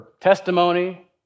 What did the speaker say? testimony